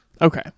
Okay